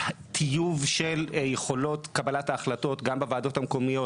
טיוב של יכולות קבלת ההחלטות גם בוועדות המקומיות,